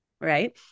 right